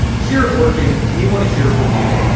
here at working we want to hear from you.